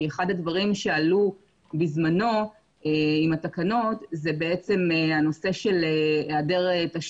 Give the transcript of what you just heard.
אחד הדברים שעלו זה גם הנושא של תקציבים.